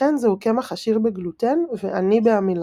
לכן זהו קמח עשיר בגלוטן ועני בעמילן.